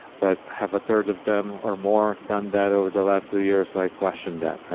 but have a third of them are more done that over the last two years? i question that.